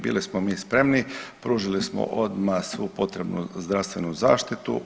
Bili smo mi spremni, pružili smo odmah svu potrebnu zdravstvenu zaštitu.